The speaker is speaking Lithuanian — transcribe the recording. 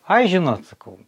ai žinot sakau